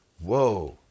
Whoa